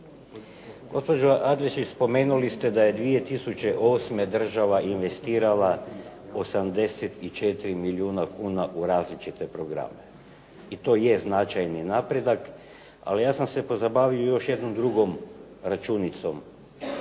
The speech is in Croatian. Gospođo Adlešić spomenuli ste da je 2008. država investirala 84 milijuna kuna u različite programe i to je značajni napredak ali ja sam se pozabavio još jednom drugom računicom,